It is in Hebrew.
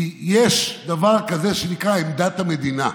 כי יש דבר כזה שנקרא "עמדת המדינה".